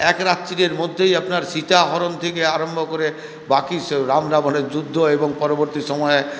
এক রাত্রিরের মধ্যেই আপনার সীতাহরণ থেকে আরম্ভ করে বাকি সব রাম রাবণের যুদ্ধ এবং পরবর্তী সময়ে